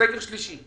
סגר שלישי,